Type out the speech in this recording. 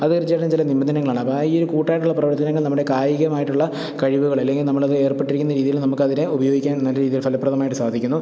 അതു തീര്ച്ചയായിട്ടും ചില നിബന്ധനകളാണ് അപ്പോൾ ആ ഈയൊരു കൂട്ടമായിട്ടുള്ള പ്രവര്ത്തനങ്ങള് നമ്മുടെ കായികമായിട്ടുള്ള കഴിവുകള് അല്ലെങ്കിൽ നമ്മളത് ഏര്പ്പെട്ടിരിക്കുന്ന രീതിയിൽ നമുക്കതിനെ ഉപയോഗിക്കാന് നല്ല രീതിയില് ഫലപ്രദമായിട്ടു സാധിക്കുന്നു